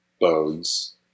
bones